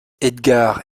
edgard